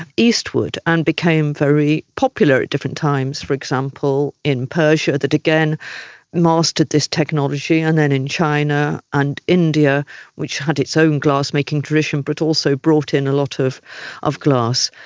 eastward, and became very popular at different times, for example in persia that again mastered this technology and then in china and india which had its own glassmaking tradition but also brought in a lot of of glass.